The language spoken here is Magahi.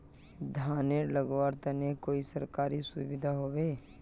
धानेर लगवार तने कोई सरकारी सुविधा होबे?